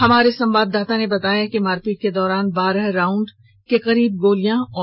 हमारे संवाददाता ने बताया कि मारपीट के दौरान बारह राउंड के करीब गोलियां और बम भी चले हैं